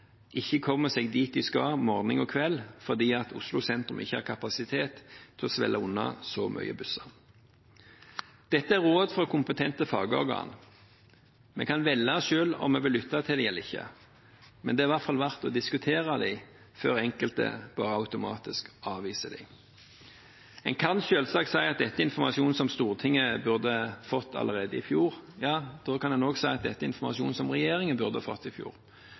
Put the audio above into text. ikke kommer seg dit de skal morgen og kveld fordi Oslo sentrum ikke har kapasitet til å svelge unna så mange busser. Dette er råd fra kompetente fagorgan. Vi kan velge selv om vi vil lytte til dem eller ikke, men det er i hvert fall verdt å diskutere – uten bare automatisk å avvise dem. En kan selvsagt si at dette er informasjon som Stortinget burde fått allerede i fjor. Da kan en også si at dette er informasjon som regjeringen burde fått i fjor,